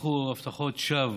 הבטיחו הבטחות שווא